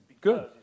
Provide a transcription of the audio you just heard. Good